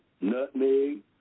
nutmeg